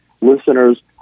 listeners